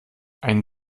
ein